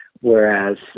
Whereas